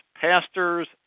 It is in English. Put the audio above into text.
pastors